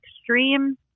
extreme